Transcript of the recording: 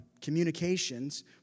communications